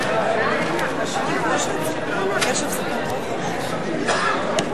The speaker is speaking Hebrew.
ההסתייגות של קבוצת סיעת חד"ש,